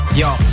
yo